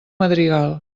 madrigal